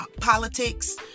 politics